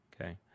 Okay